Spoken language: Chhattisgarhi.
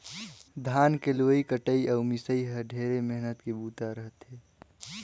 धान के लुवई कटई अउ मिंसई ह ढेरे मेहनत के बूता रह थे